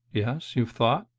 yes, you've thought?